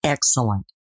Excellent